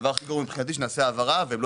הדבר הכי גרוע מבחינתי שנעשה העברה והם לא